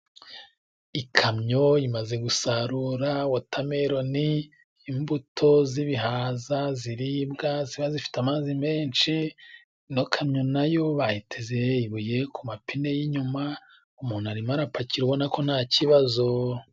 Ikamyo imaze gusarura wotameloni, imbuto z'ibihaza ziribwa ziba zifite amazi menshi, ino kamyo nayo bayiteze ibuye ku mapine y'inyuma, umuntu arimo arapakira ubona ko nta kibazo.